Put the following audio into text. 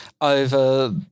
over